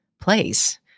place